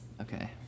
Okay